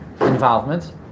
involvement